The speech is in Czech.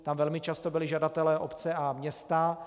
Tam velmi často byli žadateli obce a města.